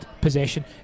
possession